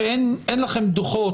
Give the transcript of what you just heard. מתוך זה שאין לכם דוחות,